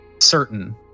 certain